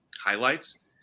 highlights